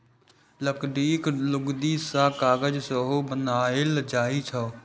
लकड़ीक लुगदी सं कागज सेहो बनाएल जाइ छै